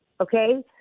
okay